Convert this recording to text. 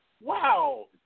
Wow